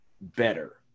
better